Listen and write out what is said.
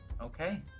Okay